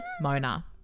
Mona